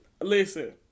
Listen